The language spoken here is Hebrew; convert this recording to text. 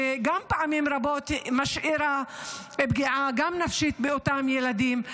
שפעמים רבות משאירה גם פגיעה נפשית באותם ילדים.